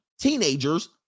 teenagers